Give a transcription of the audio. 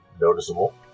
noticeable